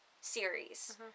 series